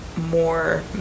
more